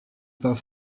pas